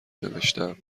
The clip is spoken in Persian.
نوشتهام